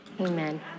amen